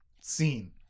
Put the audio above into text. seen